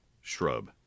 shrub